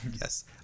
yes